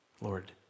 Lord